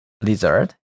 lizard